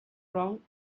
wrong